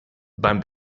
beim